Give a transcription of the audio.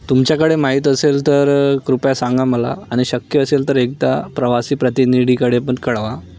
तुमच्याकडे माहीत असेल तर कृपया सांगा मला आणि शक्य असेल तर एकदा प्रवासी प्रतिनिधीकडे पण कळवा